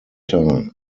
time